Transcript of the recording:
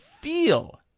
feel